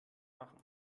machen